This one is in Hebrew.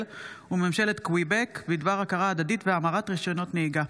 וממשלת קוויבק בדבר הכרה הדדית והמרת רישיונות נהיגה.